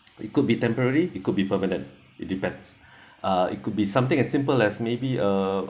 it could be temporary it could be permanent it depends uh it could be something as simple as maybe a